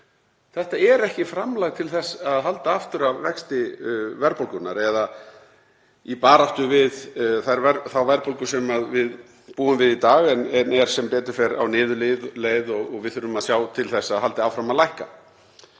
Þetta er ekki framlag til þess að halda aftur af vexti verðbólgunnar eða til baráttunnar við verðbólguna sem við búum við í dag. Hún er sem betur fer á niðurleið og við þurfum að sjá til þess að hún haldi áfram að lækka.